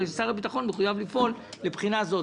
הרי ששר הביטחון מחויב לפעול לבחינה הזאת".